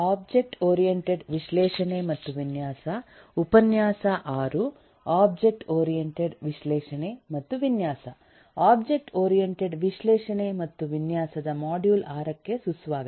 object oriented ವಿಶ್ಲೇಷಣೆ ಮತ್ತು ವಿನ್ಯಾಸ ಒಬ್ಜೆಕ್ಟ್ ಓರಿಯಂಟೆಡ್ ವಿಶ್ಲೇಷಣೆ ಮತ್ತು ವಿನ್ಯಾಸದ ಮಾಡ್ಯೂಲ್ 6 ಗೆ ಸುಸ್ವಾಗತ